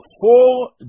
four